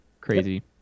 Crazy